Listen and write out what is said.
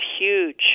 huge